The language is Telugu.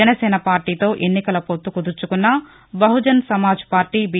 జనసేన పార్టీతో ఎన్నికల పొత్తు కుదుర్చుకున్న బహుజన సమాజ్ పార్టీ బి